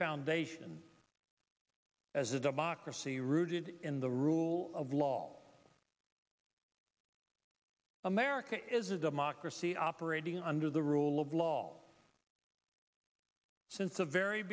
foundations as a democracy rooted in the rule of law america is a democracy operating under the rule of law since the very